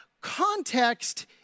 context